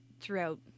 throughout